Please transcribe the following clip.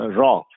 raw